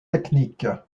technique